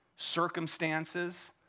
circumstances